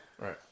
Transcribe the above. Right